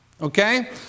Okay